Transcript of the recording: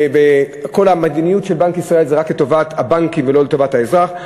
כל המדיניות של בנק ישראל היא רק לטובת הבנקים ולא לטובת האזרח.